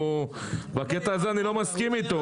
אבל בקטע הזה אני לא מסכים איתו,